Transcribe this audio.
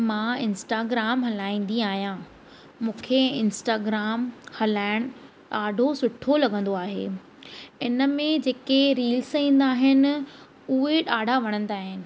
मां इंस्टाग्राम हलाईंदी आहियां मूंखे इंस्टाग्राम हलाइणु ॾाढो सुठो लॻंदो आहे इन में जेके रील्स ईंदा आहिनि उहे ॾाढा वणंदा आहिनि